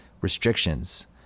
Restrictions